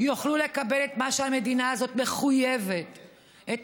יוכלו לקבל את מה שהמדינה הזאת מחויבת לו,